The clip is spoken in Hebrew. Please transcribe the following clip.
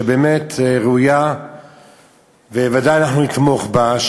שבאמת ראויה וודאי נתמוך בה,